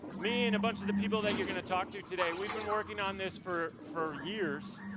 me and a bunch of the people that you're gonna talk to today, we've been working on this for for years.